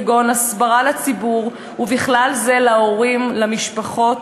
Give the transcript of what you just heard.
כגון הסברה לציבור, ובכלל זה להורים, למשפחות,